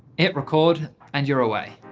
hit record, and you're away.